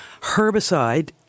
herbicide